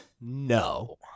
no